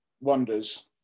wonders